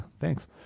thanks